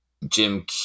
jim